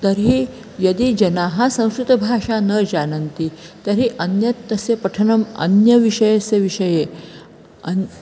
तर्हि यदि जनाः संस्कृतभाषा न जानन्ति तर्हि अन्यत् तस्य पठनम् अन्यविषयस्य विषये अन्